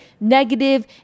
negative